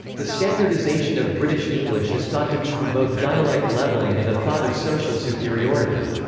the standardisation of british english is thought to be from both dialect leveling and a thought of social superiority.